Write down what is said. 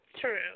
True